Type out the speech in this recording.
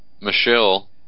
Michelle